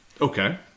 Okay